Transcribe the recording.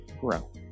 grow